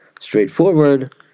Straightforward